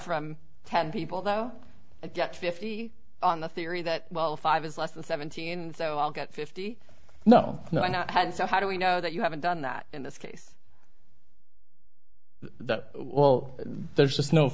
from ten people though i get fifty on the theory that well five is less than seventeen so i'll get fifty no no i'm not headed so how do we know that you haven't done that in this case that well there's just no